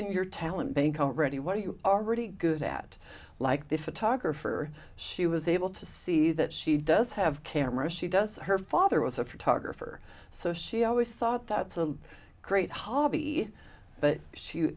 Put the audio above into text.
in your talent bank already what you are really good at like the photographer she was able to see that she does have camera she does her father was a photographer so she always thought that's a great hobby but